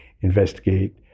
investigate